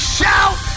shout